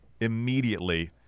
immediately